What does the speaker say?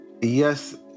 Yes